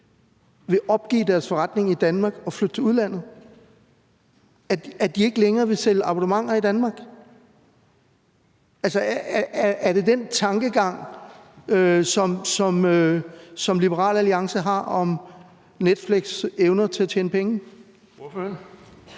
vil opgive deres forretning i Danmark og flytte til udlandet, og at de ikke længere vil sælge abonnementer i Danmark? Er det de tanker, som Liberal Alliance har om Netflix' evner til at tjene penge?